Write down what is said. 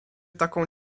taką